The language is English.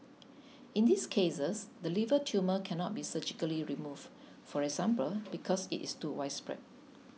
in these cases the liver tumour cannot be surgically remove for example because it is too widespread